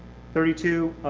thirty two,